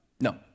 No